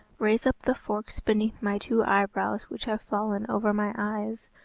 raise up the forks beneath my two eyebrows which have fallen over my eyes,